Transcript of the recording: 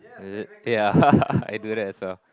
ya I do that as well